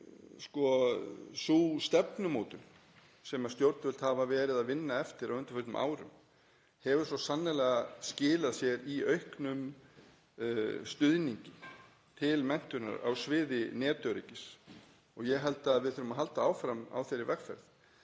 sú stefnumótun sem stjórnvöld hafa verið að vinna eftir á undanförnum árum hefur svo sannarlega skilað sér í auknum stuðningi til menntunar á sviði netöryggis og ég held að við þurfum að halda áfram á þeirri vegferð.